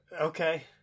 okay